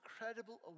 incredible